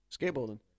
skateboarding